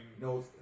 Knows